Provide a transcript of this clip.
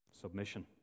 submission